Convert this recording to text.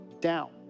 down